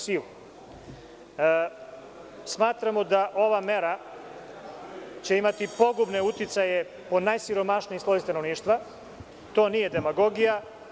Smatramo da će ova mera imati pogubne uticaje po najsiromašniji sloj stanovništva, to nije demagogija.